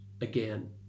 again